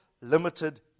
limited